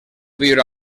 viure